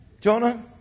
Jonah